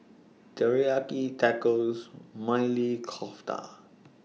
Teriyaki Tacos Maili Kofta